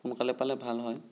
সোনকালে পালে ভাল হয়